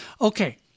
Okay